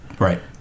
Right